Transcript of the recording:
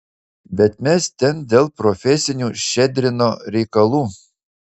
bet mes ten dėl profesinių ščedrino reikalų